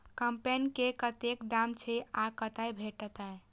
कम्पेन के कतेक दाम छै आ कतय भेटत?